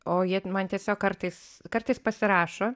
o jie man tiesiog kartais kartais pasirašo